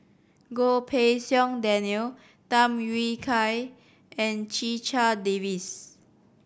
Goh Pei Siong Daniel Tham Yui Kai and Checha Davies